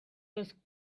was